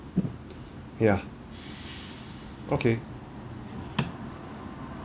ya okay